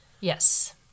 Yes